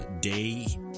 day